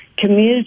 community